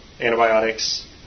Antibiotics